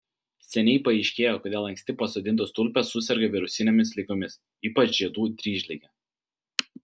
seniai paaiškėjo kodėl anksti pasodintos tulpės suserga virusinėmis ligomis ypač žiedų dryžlige